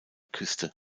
küste